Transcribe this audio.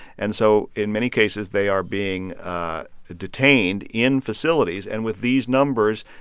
and so in many cases, they are being detained in facilities. and with these numbers,